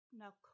now